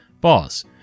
Boss